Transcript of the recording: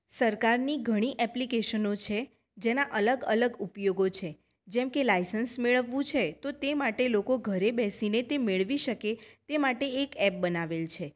સરકારની ઘણી એપ્લીકેશનો છે જેના અલગ અલગ ઉપયોગો છે જેમ કે લાયસન્સ મેળવવું છે તો તે માટે લોકો ઘરે બેસીને તે મેળવી શકે તે માટે એક એપ બનાવેલ છે